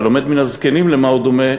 והלומד מן הזקנים, למה הוא דומה?